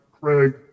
Craig